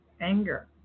anger